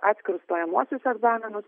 atskirus stojamuosius egzaminus